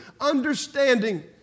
understanding